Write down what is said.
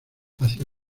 hacia